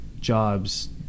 Jobs